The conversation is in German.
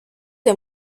der